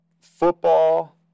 Football